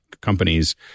companies